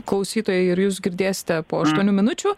klausytojai ir jūs girdėsite po aštuonių minučių